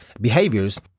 behaviors